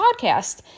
podcast